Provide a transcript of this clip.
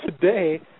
today